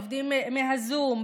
עובדים מהזום,